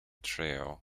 trio